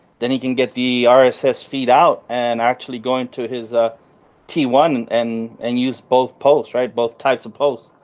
then he can get the ah rss feed out and actually going to his ah t one and and use both post right both types of posts,